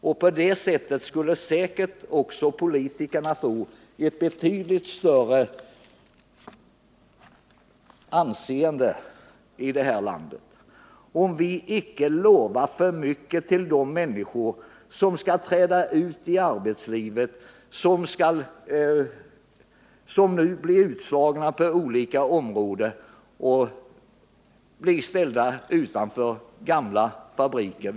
Vi politiker skulle få ett betydligt bättre anseende här i landet om vi icke lovade så mycket till de människor som skall träda ut i arbetslivet eller som slås ut på olika områden och blir ställda utanför gamla fabriker.